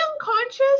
unconscious